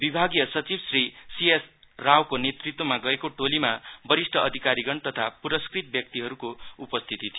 विभागीय सचिव Shri C S रावको नेतृत्वमा गएको टोलीमा वरिष्ठ अधिकारीगण तथा पुरस्कृत व्यक्तिहरुको उपस्थिति थियो